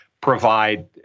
provide